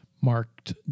marked